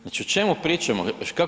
Znači o čemu pričamo?